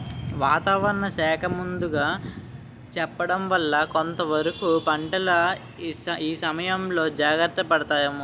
వాతావరణ శాఖ ముందుగా చెప్పడం వల్ల కొంతవరకు పంటల ఇసయంలో జాగర్త పడతాము